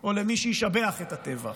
או למי שישבח את הטבח.